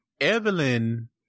Evelyn